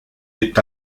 est